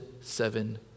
seven